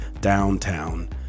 downtown